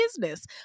business